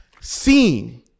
seen